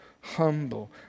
humble